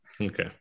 Okay